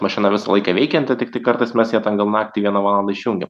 mašina visą laiką veikianti tiktai kartais mes ją ten gal naktį vieną valandą išjungiam